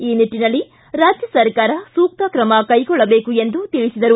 ಈ ನಿಟ್ಟನಲ್ಲಿ ರಾಜ್ಯ ಸರ್ಕಾರ ಸೂಕ್ತ ಕ್ರಮ ಕೈಗೊಳ್ಳಬೇಕು ಎಂದು ತಿಳಿಸಿದರು